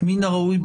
מן הראוי,